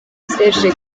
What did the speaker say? serge